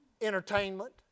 entertainment